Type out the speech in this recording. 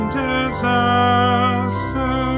disaster